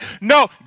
No